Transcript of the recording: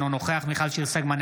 אינו נוכח מיכל שיר סגמן,